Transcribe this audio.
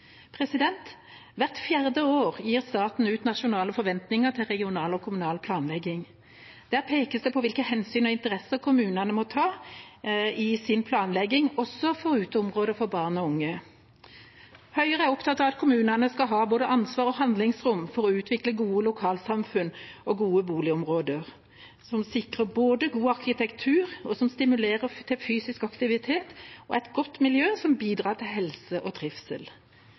Hvert fjerde år gir staten ut Nasjonale forventninger til regional og kommunal planlegging. Der pekes det på hvilke hensyn og interesser kommunene må ta i sin planlegging, også for uteområder for barn og unge. Høyre er opptatt av at kommunene skal ha både ansvar og handlingsrom for å utvikle gode lokalsamfunn og gode boligområder, som sikrer god arkitektur og som stimulerer til fysisk aktivitet og et godt miljø som bidrar til helse og trivsel.